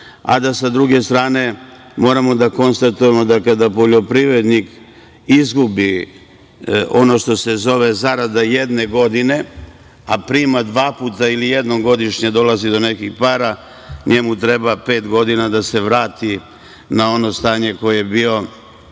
a da sa druge strane moramo da konstatujemo da kada poljoprivrednik izgubi, ono što se zove zarada jedne godine, a prima dva puta ili jednom godišnje dolazi do nekih para njemu treba pet godina da se vrati na ono stanje koje je bio